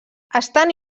estan